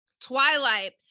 Twilight